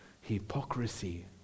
Hypocrisy